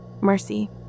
Mercy